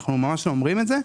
אנחנו ממש לא אומרים את זה.